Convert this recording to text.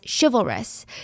chivalrous